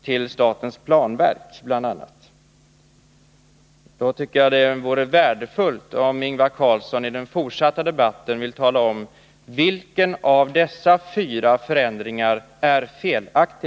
Denna inskränkning avser bl.a. statens planverk. Det vore värdefullt om Ingvar Carlsson i den fortsatta debatten ville tala om vilken av dessa fyra förändringar som är felaktig.